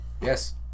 Yes